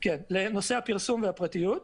הפרסום והפרטיות.